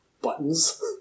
buttons